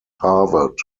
harvard